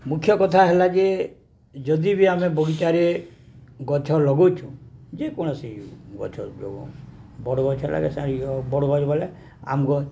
ମୁଖ୍ୟ କଥା ହେଲା ଯେ ଯଦି ବି ଆମେ ବଗିଚାରେ ଗଛ ଲଗାଉଛୁ ଯେକୌଣସି ଗଛ ଯ ବଡ଼ ଗଛ ହେଲା ବଡ଼ ଗଛ ବଲେ ଆମ୍ବ୍ ଗଛ